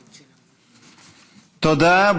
תודה.